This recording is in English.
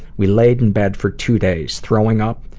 we laid in bed for two days, throwing up,